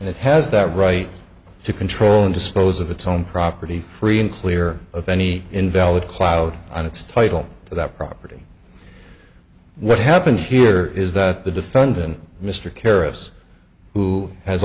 and it has that right to control and dispose of its own property free and clear of any invalid cloud on its title to that property what happened here is that the defendant mr keris who has